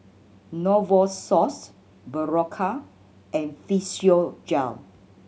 Novosource Berocca and Physiogel